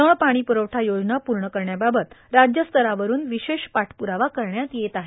नळ पाणी पुरवठा योजना पूर्ण करण्याबाबत राज्यस्तरावरून विशेष पाठपुरावा करण्यात येत आहे